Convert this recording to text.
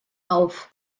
auf